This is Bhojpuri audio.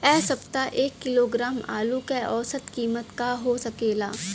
एह सप्ताह एक किलोग्राम आलू क औसत कीमत का हो सकेला?